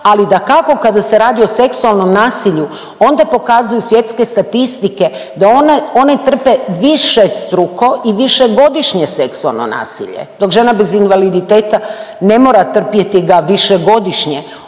ali dakako kada se radi o seksualnom nasilju, onda pokazuju svjetske statistike da one, one trpe višestruko i višegodišnje seksualno nasilje, dok žena bez invaliditeta ne mora trpjeti ga višegodišnje.